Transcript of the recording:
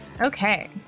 okay